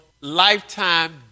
lifetime